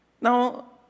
Now